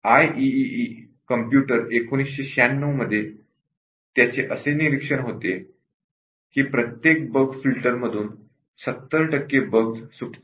IEEE computer 1996 मध्ये त्याचे असे निरीक्षण होते प्रत्येक बग फिल्टरमधून 70 टक्के बग्स सुटतात